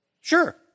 sure